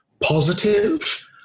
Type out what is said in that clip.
positive